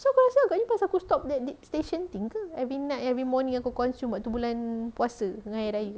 so aku rasa sebab aku stop the deep station thing ke every night every morning aku consume waktu bulan puasa dengan hari raya